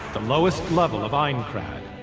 the lowest level of aincrad.